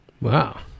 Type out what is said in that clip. Wow